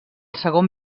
segon